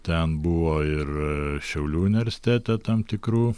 ten buvo ir šiaulių universitete tam tikrų